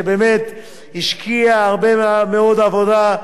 שבאמת השקיעה הרבה מאוד עבודה.